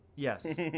Yes